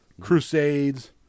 Crusades